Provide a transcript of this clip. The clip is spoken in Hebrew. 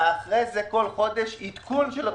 אחרי זה כל חודש - עדכון של התוכנית,